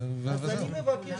ובסיס המס הוא הרווח התפעולי המתואם.